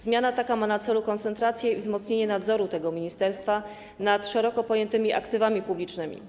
Zmiana taka ma na celu koncentrację i wzmocnienie nadzoru tego ministerstwa nad szeroko pojętymi aktywami publicznymi.